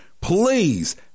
please